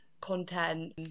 content